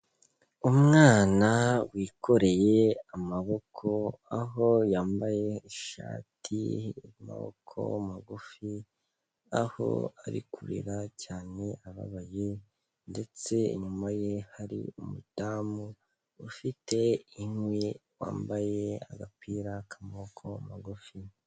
Umwana wikoreye amaboko, aho yambaye ishati y'amaboko magufi, aho ari kurira cyane ababaye ndetse inyuma ye hari umudamu ufite inkwi, wambaye agapira k'amaboko magufi.